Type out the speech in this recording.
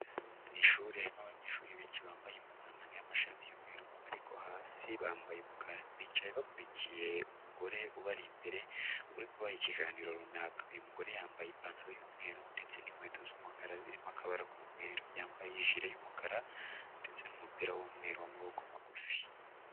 Mu ishuri harimo abanyeshuri benshi bambaye impuzankano y'amashati y'umweru ariko hasi bambaye umukara. Bicaye bakurikiye umugore ubari imbere uri kubaha ikiganiro runaka. Uyu mugore yambaye ipantaro y'umweru ndetse n'inkweto z'umukara zirimo akabara k'umweru. Yambaye ijire y'umukara ndetse n'umupira w'umweru w'amaboko magufi.